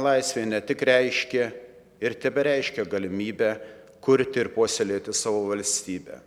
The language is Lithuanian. laisvė ne tik reiškė ir tebereiškia galimybę kurti ir puoselėti savo valstybę